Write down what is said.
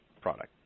product